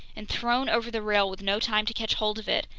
and thrown over the rail with no time to catch hold of it,